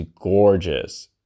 gorgeous